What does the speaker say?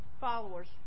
followers